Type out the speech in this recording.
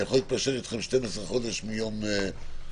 אני יכול להתפשר אתכם על 12 חודשים מיום ההקראה,